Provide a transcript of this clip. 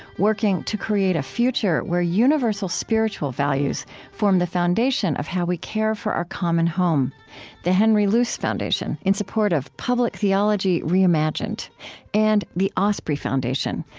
working to create a future where universal spiritual values form the foundation of how we care for our common home the henry luce foundation, in support of public theology reimagined and the osprey foundation,